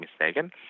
mistaken